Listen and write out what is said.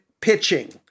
pitching